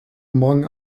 among